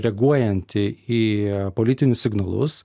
reaguojanti į politinius signalus